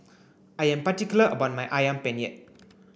I am particular about my Ayam Penyet